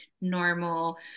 normal